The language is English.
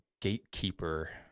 gatekeeper